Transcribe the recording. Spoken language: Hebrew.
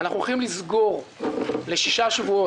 שאנחנו הולכים לסגור לשישה שבועות,